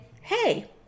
hey